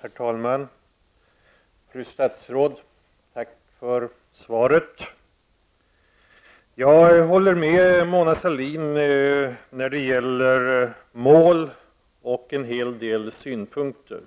Herr talman! Fru statsråd, tack för svaret. Jag håller med Mona Sahlin när det gäller mål och en hel del synpunkter.